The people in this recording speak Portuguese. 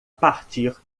partir